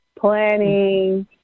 planning